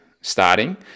starting